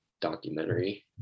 documentary